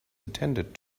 attended